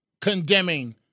condemning